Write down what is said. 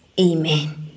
Amen